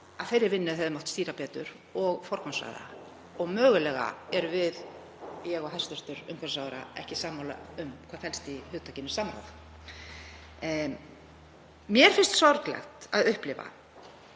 að þeirri vinnu hefði mátt stýra betur og forgangsraða. Mögulega erum við, ég og hæstv. umhverfisráðherra, ekki sammála um hvað felst í hugtakinu samráð. Mér finnst sorglegt að upplifa